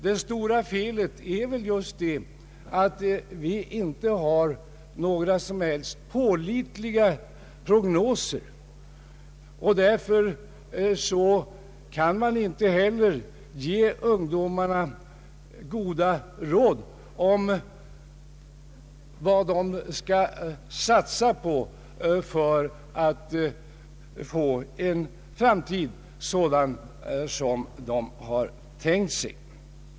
Det stora felet är att vi inte har några som helst pålitliga prognoser. Därför kan man inte heller ge ungdomarna goda råd om vad de skall satsa på för att få en framtid sådan som de har tänkt sig.